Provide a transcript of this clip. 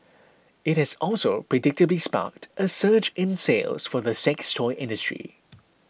it has also predictably sparked a surge in sales for the sex toy industry